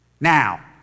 Now